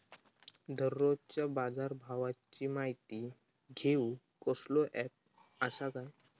दररोजच्या बाजारभावाची माहिती घेऊक कसलो अँप आसा काय?